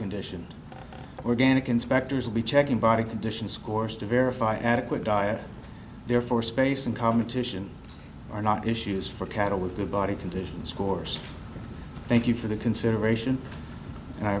condition organic inspectors will be checking body condition scores to verify adequate diet therefore space and competition are not issues for cattle were good body conditions course thank you for the consideration and i